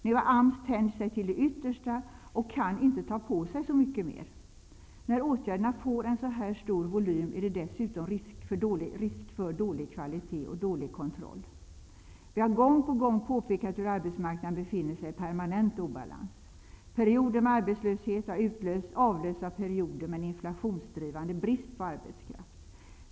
Nu har AMS tänjt sig till det yttersta och kan inte ta på sig så mycket mer. När åtgärderna får en så här stor volym är det dessutom risk för dålig kvalitet och dålig kontroll. Vi har gång på gång påpekat hur arbetsmarknaden befinner sig i permanent obalans. Perioder med arbetslöshet har avlösts av perioder med en inflationsdrivande brist på arbetskraft.